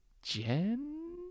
Jen